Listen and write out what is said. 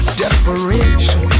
desperation